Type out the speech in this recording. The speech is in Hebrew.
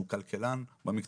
שהוא כלכלן במקצוע,